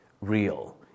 real